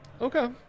Okay